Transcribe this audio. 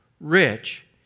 rich